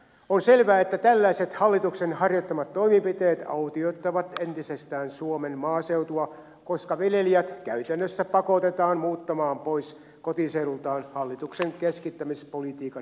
on selvää että tällaiset hallituksen harjoittamat toimenpiteet autioittavat entisestään suomen maaseutua koska viljelijät käytännössä pakotetaan muuttamaan pois kotiseudultaan hallituksen keskittämispolitiikan seurauksena